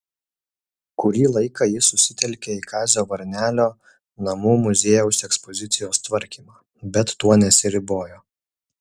kurį laiką ji susitelkė į kazio varnelio namų muziejaus ekspozicijos tvarkymą bet tuo nesiribojo